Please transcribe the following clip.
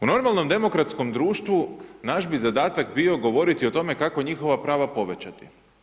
U normalnom demokratskom društvu, naš bi zadatak bio govoriti o tome kako njihova prava povećati.